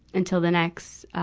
until the next, ah,